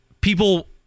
people